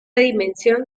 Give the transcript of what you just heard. dimensión